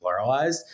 pluralized